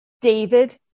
David